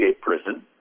prison